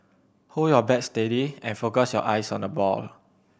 hold your bat steady and focus your eyes on the ball